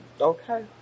okay